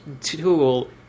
tool